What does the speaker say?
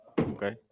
okay